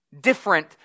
different